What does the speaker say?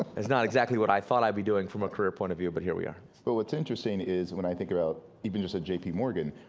it's not exactly what i thought i'd be doing from a career point of view, but here we are. so what's interesting is, when i think about, even just at j p. morgan,